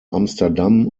amsterdam